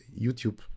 YouTube